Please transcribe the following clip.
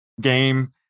game